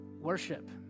worship